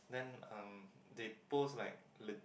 then um they post like lit~